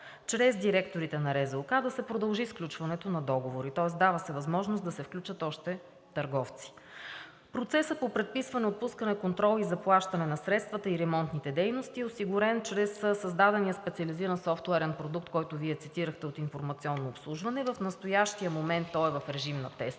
здравноосигурителна каса да се продължи сключването на договори, тоест дава се възможност да се включат още търговци. Процесът по предписване, отпускане, контрол и заплащане на средствата и ремонтните дейности е осигурен чрез създадения специализиран софтуерен продукт, който Вие цитирахте, от „Информационно обслужване“. В настоящия момент той е в режим на тестване,